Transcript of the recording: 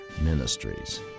Ministries